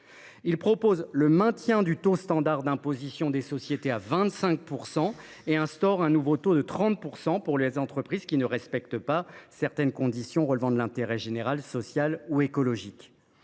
Il s’agit de maintenir à 25 % le taux standard d’imposition des sociétés et d’instaurer un nouveau taux de 30 % pour les entreprises qui ne respectent pas certaines conditions relevant de l’intérêt général, social ou écologique.